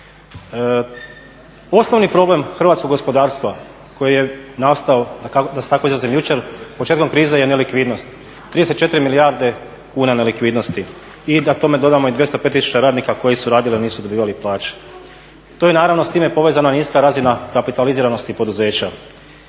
Osnovni problem hrvatskog gospodarstva koji je nastao da se tako izrazim jučer početkom krize je nelikvidnost. 34 milijarde kuna nelikvidnosti i da tome dodamo i 205 tisuća radnika koji su radili, a nisu dobivali plaće. To je naravno s time povezana niska razina kapitaliziranosti poduzeća.